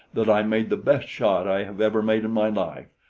that i made the best shot i have ever made in my life!